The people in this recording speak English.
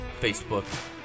Facebook